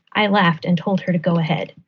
i laughed and told her to go ahead.